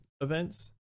events